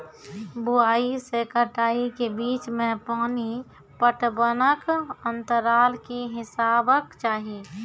बुआई से कटाई के बीच मे पानि पटबनक अन्तराल की हेबाक चाही?